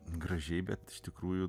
gražiai bet iš tikrųjų